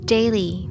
Daily